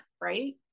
Right